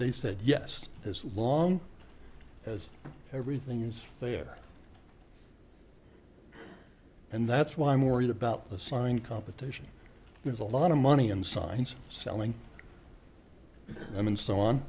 they said yes as long as everything is fair and that's why i'm worried about the sign competition there's a lot of money and signs selling and so on